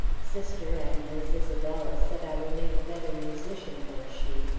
sister and miss isabella said i would make a better musician than she,